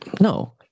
No